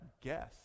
guess